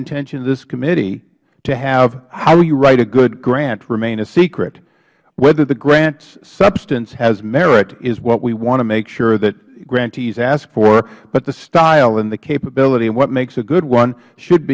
intention of this committee to have how you write a good grant remain a secret whether the grants substance has merit is what we want to make sure that grantees ask for but the style and the capability of what makes a good one should